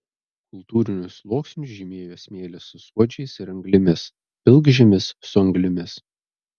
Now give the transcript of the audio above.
kultūrinius sluoksnius žymėjo smėlis su suodžiais ir anglimis pilkžemis su anglimis